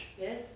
Yes